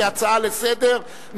כהצעה לסדר-היום,